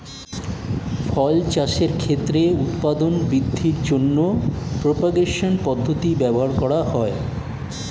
ফল চাষের ক্ষেত্রে উৎপাদন বৃদ্ধির জন্য প্রপাগেশন পদ্ধতি ব্যবহার করা হয়